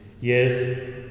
Yes